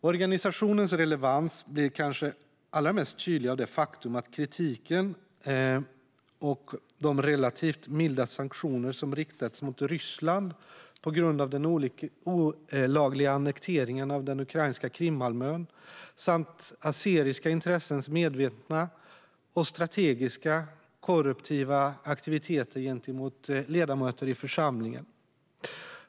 Organisationens relevans blir kanske allra mest tydlig med tanke på den kritik och de relativt milda sanktioner som riktats mot Ryssland på grund av den olagliga annekteringen av den ukrainska Krimhalvön samt azeriska intressens medvetna och strategiska korrupta aktiviteter gentemot ledamöter i församlingen.